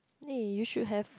eh you should have